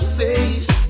face